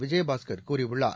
விஜயபாஸ்கர் கூறியுள்ளார்